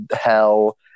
hell